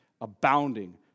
abounding